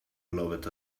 loved